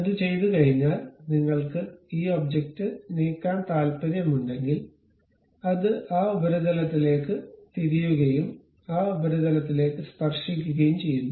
അത് ചെയ്തുകഴിഞ്ഞാൽ നിങ്ങൾക്ക് ഈ ഒബ്ജക്റ്റ് നീക്കാൻ താൽപ്പര്യമുണ്ടെങ്കിൽ അത് ആ ഉപരിതലത്തിലേക്ക് തിരിയുകയും ആ ഉപരിതലത്തിലേക്ക് സ്പർശിക്കുകയും ചെയ്യുന്നു